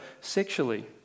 sexually